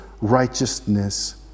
righteousness